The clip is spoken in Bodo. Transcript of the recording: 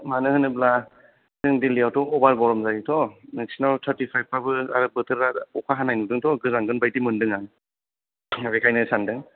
मानो होनोब्ला जों दिल्लियावथ' अभार गरम जायोथ' नोंसिनाव टारथिपाइब बाबो आरो बोथोरा अखा हानाय नुदोंथ' गोजांगोन बायदि मोनदों आं बिखायनो सानदों